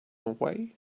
away